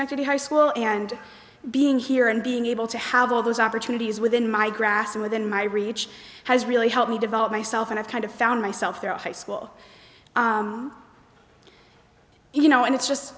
going to be high school and being here and being able to have all those opportunities within my grasp and within my reach has really helped me develop myself and i've kind of found myself there off a school you know and it's just